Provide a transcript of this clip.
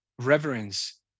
reverence